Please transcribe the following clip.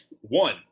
One